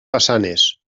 façanes